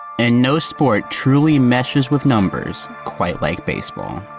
and no sport, truly matches with numbers, quite like baseball.